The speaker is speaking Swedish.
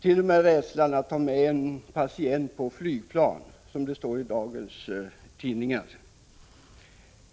I dagens tidningar står det om att det funnits rädsla för att ta med en aidspatient på flygplan.